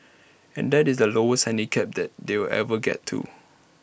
and that's the lowest handicap that they'll ever get to